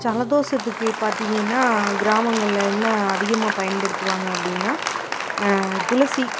ஜலதோஷத்துக்கு பார்த்தீங்கன்னா கிராமங்களில் என்ன அதிகமாக பயன்படுத்துவாங்க அப்படின்னா துளசி